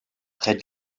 près